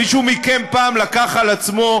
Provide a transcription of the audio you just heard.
מישהו מכם פעם לקח על עצמו,